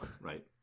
right